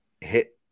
hit